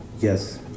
Yes